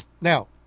Now